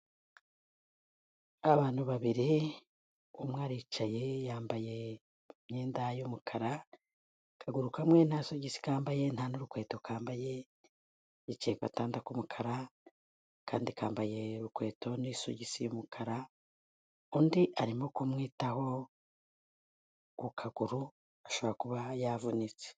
Abantu babiri, umwe aricaye yambaye imyenda y'umukara, akaguruka kamwe nta sogisi kambaye, nta n'urukweto kambaye, yicaye ku gatanda k'umukara, akandi kambaye inkweto n'isogisi ry'umukara, undi arimo kumwitaho ku kaguru ashobora kuba yavunitse.